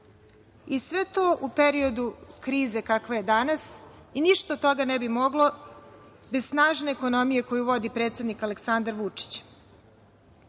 i sve to u periodu krize kakva je danas. ništa od toga ne bi moglo bez snažne ekonomije koju vodi predsednik Aleksandar Vučić. Želim